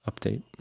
Update